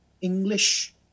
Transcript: English